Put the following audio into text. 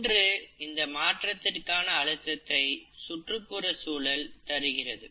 ஒன்று இந்த மாற்றத்திற்கான அழுத்தத்தை சுற்றுப்புறச்சூழல் தருகிறது